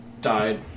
died